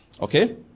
Okay